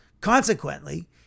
Consequently